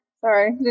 Sorry